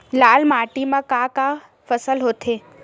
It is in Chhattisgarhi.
लाल माटी म का का फसल होथे?